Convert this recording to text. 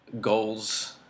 goals